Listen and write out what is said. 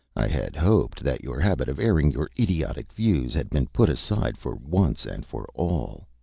i had hoped that your habit of airing your idiotic views had been put aside for once and for all.